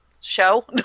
show